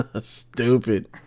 Stupid